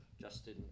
justin